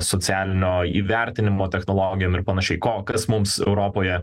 socialinio įvertinimo technologijom ir panašiai ko kas mums europoje